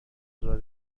راه